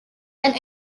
and